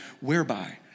Whereby